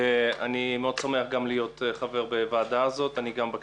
אני מאוד שמח גם להיות חבר בוועדה הזאת.